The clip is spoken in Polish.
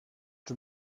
czy